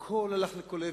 והכול הלך לכל עבר.